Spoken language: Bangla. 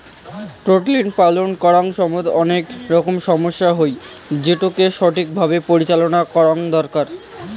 পোল্ট্রি পালন করাং সমইত অনেক রকমের সমস্যা হই, যেটোকে ঠিক ভাবে পরিচালনা করঙ দরকার